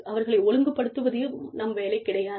அவர்களை ஒழுங்குபடுத்துவதும் நம் வேலை கிடையாது